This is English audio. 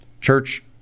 church